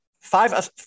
five